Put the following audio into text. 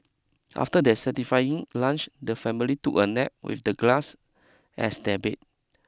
after their satisfying lunch the family took a nap with the glass as their bed